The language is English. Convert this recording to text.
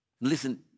Listen